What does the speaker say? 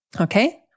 Okay